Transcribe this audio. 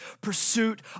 pursuit